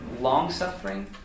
long-suffering